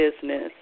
business